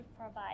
provide